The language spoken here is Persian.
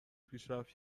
پیشرفت